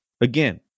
Again